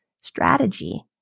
strategy